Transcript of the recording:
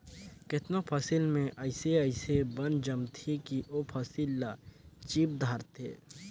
केतनो फसिल में अइसे अइसे बन जामथें कि ओ फसिल ल चीप धारथे